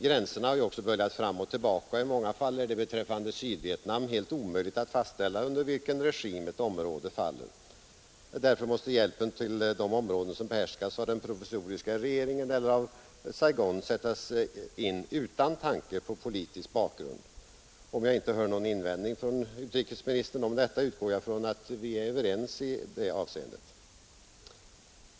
Gränserna har ju också böljat fram och tillbaka, och i många fall är det beträffande Sydvietnam helt omöjligt att fastställa under vilken regim ett område faller. Därför måste hjälpen till de områden som behärskas av den provisoriska regeringen eller av Saigon sättas in utan tanke på politisk bakgrund. Om jag inte hör någon invändning från utrikesministern om detta, utgår jag från att vi är överens i det avseendet.